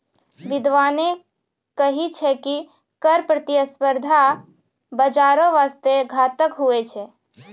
बिद्यबाने कही छै की कर प्रतिस्पर्धा बाजारो बासते घातक हुवै छै